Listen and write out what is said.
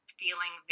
feeling